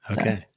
Okay